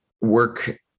work